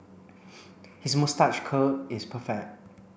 his moustache curl is perfect